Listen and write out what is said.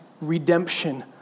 redemption